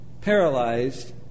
paralyzed